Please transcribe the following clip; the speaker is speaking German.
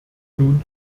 nun